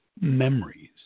memories